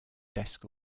desk